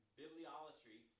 bibliolatry